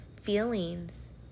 feelings